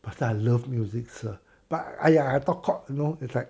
but then I love music sir but !aiya! I talk cock you know it's like